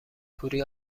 کوری